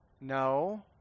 No